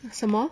什么